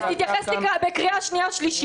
תתייחס בקריאה שנייה ושלישית.